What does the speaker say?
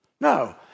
No